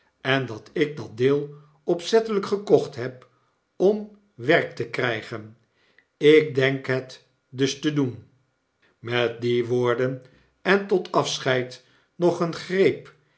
en dat ik dat deel opzettelijk gekocht heb om werk te krggen ik denk het dus te doen met die woorden en tot afscheid nog een greep